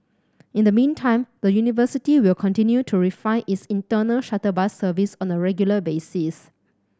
in the meantime the university will continue to refine its internal shuttle bus service on a regular basis